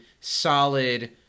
solid